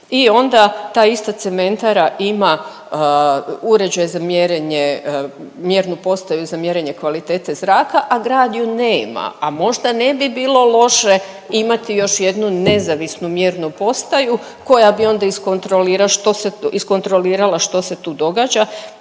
i onda ta ista cementara ima uređaj za mjerenje, mjernu postaju za mjerenje kvalitete zraka, a grad ju nema, a možda ne bi bilo loše imati još jednu nezavisnu mjernu postaju koja bi onda iskontrolirala što se tu događa